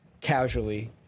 casually